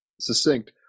succinct